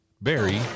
Barry